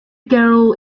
girl